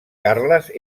carles